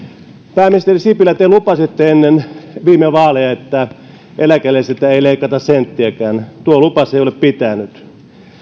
pääministeri sipilä te lupasitte ennen viime vaaleja että eläkeläisiltä ei leikata senttiäkään tuo lupaus ei ole pitänyt